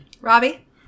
Robbie